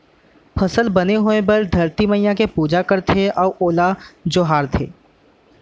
फसल बने होए बर धरती मईया के पूजा करथे अउ ओला जोहारथे